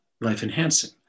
life-enhancing